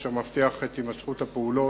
אשר מבטיח את הימשכות הפעולות